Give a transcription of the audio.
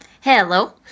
Hello